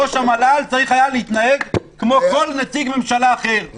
ראש המל"ל היה צריך להתנהג כמו כל נציג ממשלה אחר,